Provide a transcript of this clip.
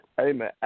Amen